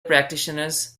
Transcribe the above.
practitioners